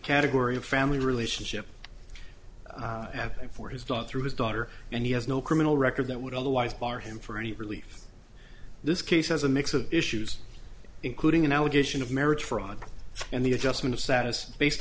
category of family relationship i have for his daughter through his daughter and he has no criminal record that would otherwise bar him for any relief in this case as a mix of issues including an allegation of marriage fraud and the adjustment of status based